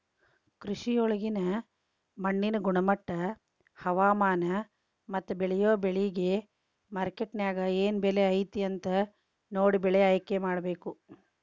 ಕೃಷಿಯೊಳಗ ಮಣ್ಣಿನ ಗುಣಮಟ್ಟ, ಹವಾಮಾನ, ಮತ್ತ ಬೇಳಿಯೊ ಬೆಳಿಗೆ ಮಾರ್ಕೆಟ್ನ್ಯಾಗ ಏನ್ ಬೆಲೆ ಐತಿ ಅಂತ ನೋಡಿ ಬೆಳೆ ಆಯ್ಕೆಮಾಡಬೇಕು